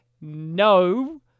no